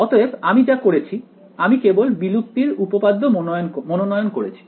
অতএব আমি যা করেছি আমি কেবল বিলুপ্তির উপপাদ্য মনোনয়ন করেছি